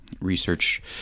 research